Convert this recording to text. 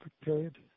period